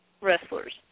wrestlers